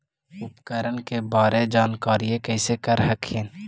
उपकरण के बारे जानकारीया कैसे कर हखिन?